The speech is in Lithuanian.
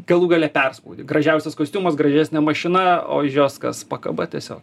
galų gale perspaudi gražiausias kostiumas gražesnė mašina o už jos kas pakaba tiesiog